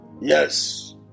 yes